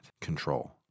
control